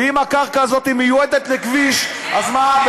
ואם הקרקע הזאת מיועדת לכביש, אז מה?